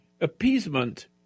appeasement